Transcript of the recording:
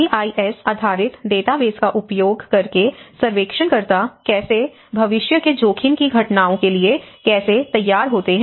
GIS आधारित database का उपयोग करके सर्वेक्षणकर्ता कैसे भविष्य के जोखिम की घटनाओं के लिए कैसे तैयार होते हैं